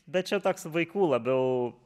bet čia toks vaikų labiau